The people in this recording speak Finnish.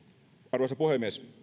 arvoisa puhemies